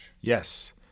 Yes